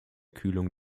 kühlung